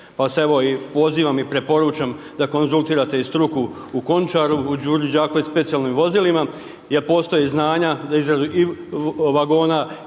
pa evo i pozivam i preporučam da konzultirate i struku u Končaru, u Đuri Đakoviću specijalnim vozilima jer postoje znanja za izradu i vagona